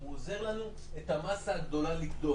הוא עוזר לנו את המסה הגדולה לגדוע.